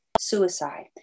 suicide